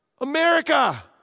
America